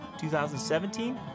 2017